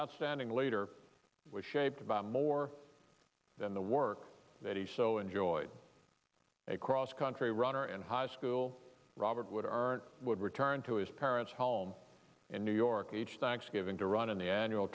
outstanding later was shaped by more than the work that he so enjoyed a cross country runner in high school robert wood aren't would return to his parents home in new york each thanksgiving to run in the annual